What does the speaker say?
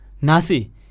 Nasi